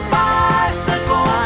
bicycle